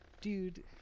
Dude